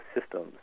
systems